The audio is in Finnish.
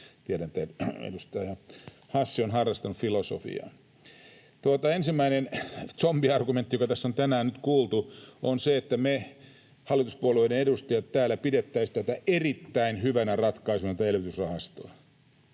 Hassi on harrastanut filosofiaa. Ensimmäinen zombiargumentti, joka tässä on tänään nyt kuultu, on se, että me hallituspuolueiden edustajat täällä pidettäisiin tätä elvytysrahastoa